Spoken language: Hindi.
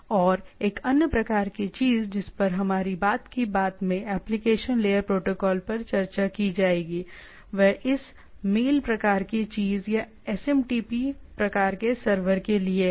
और एक अन्य प्रकार की बात जिस पर हमारी बाद की बात में एप्लिकेशन लेयर प्रोटोकॉल पर चर्चा की जाएगी वह इस मेल प्रकार की चीज़ या एसएमटीपी प्रकार के सर्वर के लिए है